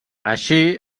així